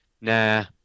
nah